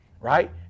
right